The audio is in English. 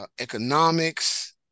Economics